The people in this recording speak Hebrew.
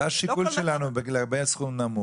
זה השיקול שלנו לגבי סכום נמוך,